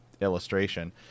illustration